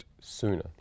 sooner